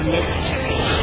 Mystery